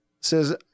says